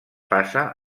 passa